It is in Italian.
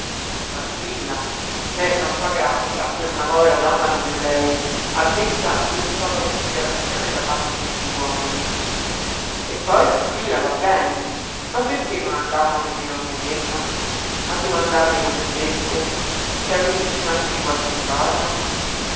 era tranquilla eh troppa grazia per una povera donna come lei avvezza a cosí poca considerazione da parte degli uomini e poi tranquilla va bene ma perché non andavano nemmeno a vederla a domandarle come stesse se avesse bisogno di qualche cosa